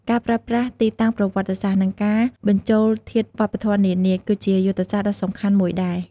ការប្រើប្រាស់ទីតាំងប្រវត្តិសាស្ត្រ និងការបញ្ចូលធាតុវប្បធម៌នានា គឺជាយុទ្ធសាស្ត្រដ៏សំខាន់មួយដែរ។